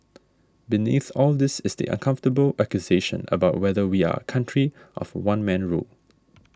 beneath all this is the uncomfortable accusation about whether we are a country of one man rule